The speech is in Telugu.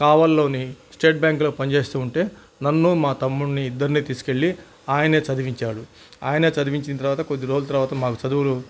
కావలిలోని స్టేట్ బ్యాంకులో పని చేస్తు ఉంటే నన్ను మా తమ్ముని ఇద్దరిని తీసుకెళ్ళి ఆయన చదివించాడు ఆయన చదివించిన తరువాత కొద్ది రోజుల తర్వాత మాకు చదువులు